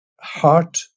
heart